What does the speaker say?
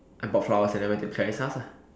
I bought flowers and then went to Clarie's house lah